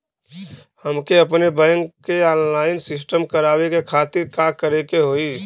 हमके अपने बैंक खाता के ऑनलाइन सिस्टम करवावे के खातिर का करे के होई?